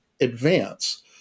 advance